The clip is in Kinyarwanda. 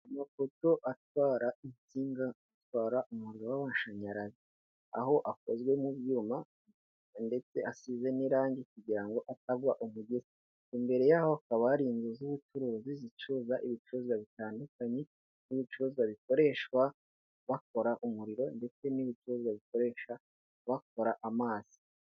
Amapoto atwara insinga zitwara umuriro w'amashanyarazi, aho akozwe mu byuma ndetse asize n'irangi kugira ngo atagwara umugesi, imbere yaho hakaba hari inzu z'ubucuruzi zicuruza ibicuruzwa bitandukanye nk'ibicuruzwa bikoreshwa bakora umuriro ndetse n'ibicuruzwa bikoreshwa bakora amazi.